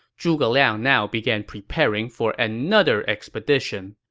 zhuge liang now began preparing for another expedition.